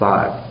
Five